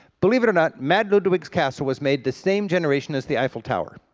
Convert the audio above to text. believe it or not, mad ludwig's castle was made the same generation as the eiffel tower.